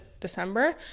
December